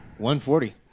140